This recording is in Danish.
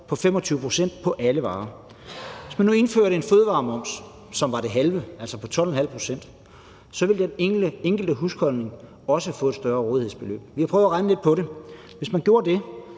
på 25 pct. på alle varer? Hvis man nu indførte en fødevaremoms på det halve, altså på 12,5 pct., ville den enkelte husholdning også få et større rådighedsbeløb. Vi har prøvet at regne lidt på det, og hvis man gjorde det,